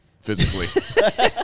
physically